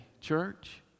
church